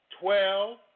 twelve